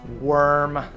worm